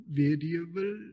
variable